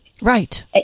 Right